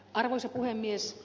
arvoisa puhemies